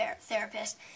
therapist